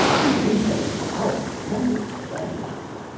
do me no foul play, friends.